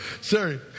Sorry